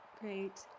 great